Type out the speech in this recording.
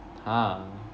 !huh!